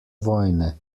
vojne